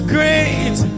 great